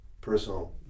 personal